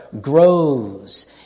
grows